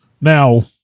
Now